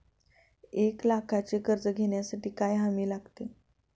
एक लाखाचे कर्ज घेण्यासाठी काय हमी लागते?